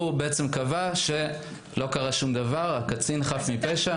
הוא קבע שלא קרה שום דבר, הקצין חף מפשע.